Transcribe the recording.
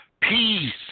peace